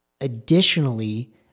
Additionally